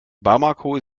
bamako